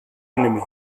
enemy